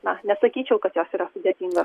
na nesakyčiau kad jos yra sudėtingos